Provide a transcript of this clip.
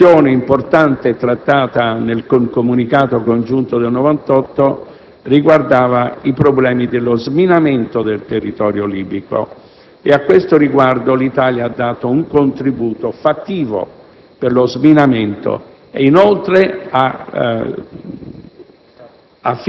Un'altra questione importante trattata nel comunicato congiunto del 1998 riguardava i problemi dello sminamento del territorio libico. A tale riguardo l'Italia ha dato un contributo fattivo. Inoltre ha